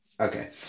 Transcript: Okay